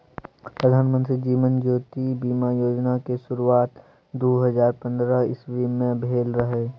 प्रधानमंत्री जीबन ज्योति बीमा योजना केँ शुरुआत दु हजार पंद्रह इस्बी मे भेल रहय